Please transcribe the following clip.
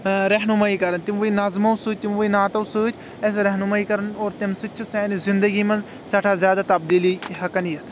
رہنمأیی کران تِموٕے نظمو سۭتۍ تِموٕے نعتو سۭتۍ اَسہِ رہنمأیی کران اور تٔمہِ سۭتۍ چھ سانہِ زِنٛدگی منٛز سٮ۪ٹھاہ زیادٕ تبدیٖلی ہیٚکان یِتھ